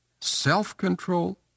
self-control